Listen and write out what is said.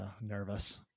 nervous